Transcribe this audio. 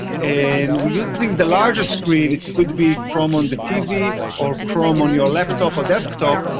and we're using the larger screen. it could be chrome on the tv or chrome on your laptop or desktop.